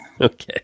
Okay